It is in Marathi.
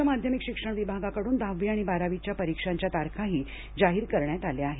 राज्य माध्यमिक शिक्षण विभागाकडून दहावी आणि बारावीच्या परिक्षांच्या तारखाही जाहीर करण्यात आल्या आहेत